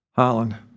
Holland